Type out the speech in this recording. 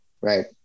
right